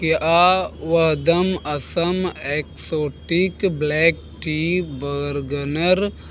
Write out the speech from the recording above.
क्या Vahdam Assam exotic black tea Bergner